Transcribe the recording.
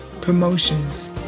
promotions